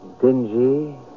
Dingy